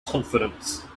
confidence